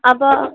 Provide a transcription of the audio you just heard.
അപ്പോള്